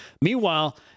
Meanwhile